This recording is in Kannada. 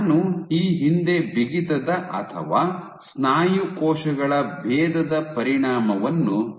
ನಾನು ಈ ಹಿಂದೆ ಬಿಗಿತದ ಅಥವಾ ಸ್ನಾಯು ಕೋಶಗಳ ಭೇದದ ಪರಿಣಾಮವನ್ನು ಚರ್ಚಿಸಿದ್ದೆ